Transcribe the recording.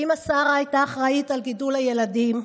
אימא שרה אחראית לגידול הילדים,